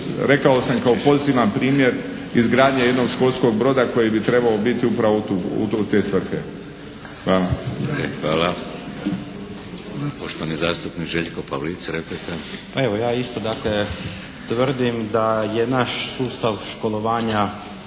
rekao sam kao pozitivan primjer izgradnja jednog školskog broda koji bi trebao biti upravo u te svrhe. Hvala. **Šeks, Vladimir (HDZ)** Poštovani zastupnik Željko Pavlic, replika. **Pavlic, Željko (MDS)** Pa evo, ja isto dakle tvrdim da je naš sustav školovanja